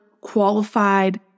qualified